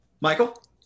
Michael